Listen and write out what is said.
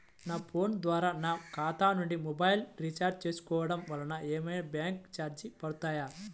నా ఫోన్ ద్వారా నా ఖాతా నుండి మొబైల్ రీఛార్జ్ చేసుకోవటం వలన ఏమైనా బ్యాంకు చార్జెస్ పడతాయా?